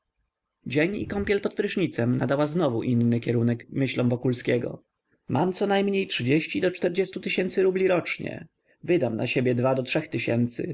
dzień i kąpiel pod prysznicem nadała znowu inny kierunek myślom wokulskiego mam co najmniej do stu tysięcy rubli rocznie wydam na siebie dwa do trzech tysięcy